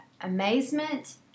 amazement